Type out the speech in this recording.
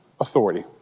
authority